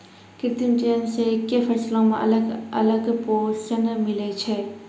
कृत्रिम चयन से एक्के फसलो मे अलग अलग पोषण मिलै छै